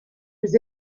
his